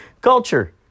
Culture